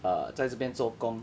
err 在这边做工